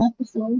episode